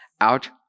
out